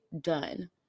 done